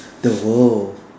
the world